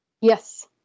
Yes